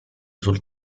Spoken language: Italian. sul